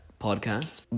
podcast